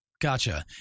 Gotcha